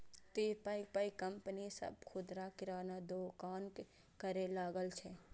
तें पैघ पैघ कंपनी सभ खुदरा किराना दोकानक करै लागल छै